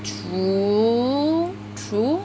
true true